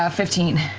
ah fifteen.